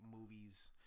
movies